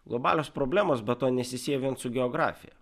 globalios problemos be to nesisieja vien su geografija